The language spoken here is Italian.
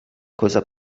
cosa